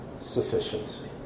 sufficiency